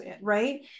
right